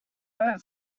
wrote